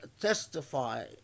testify